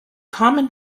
common